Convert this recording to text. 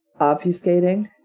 obfuscating